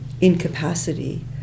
incapacity